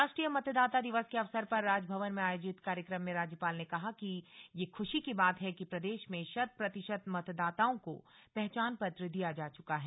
राष्ट्रीय मतदाता दिवस के अवसर पर राजभवन में आयोजित कार्यक्रम में राज्यपाल ने कहा कि यह खुशी की बात है कि प्रदेश में शत प्रतिशत मतदाताओं को पहचान पत्र दिया जा चुका है